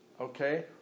Okay